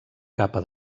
capa